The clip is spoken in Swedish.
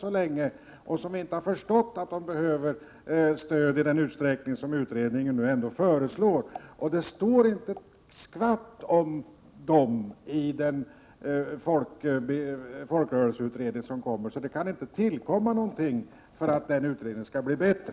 Man har inte förstått att de behöver stöd i den utsträckning som utredningen ändå föreslår. Det står inte ett dugg om dem i den folkrörelseutredning som skall läggas fram. Det kan inte tillkomma något för att göra den utredningen bättre.